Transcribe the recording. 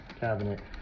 cabinet